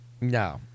No